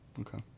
Okay